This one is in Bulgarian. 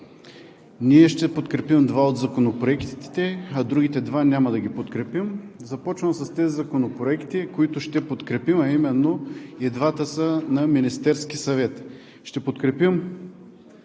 Ние ще подкрепим два от законопроектите, а другите два няма да ги подкрепим. Започвам със законопроектите, които ще подкрепим, а именно – двата на Министерския съвет. Ще подкрепим